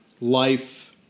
life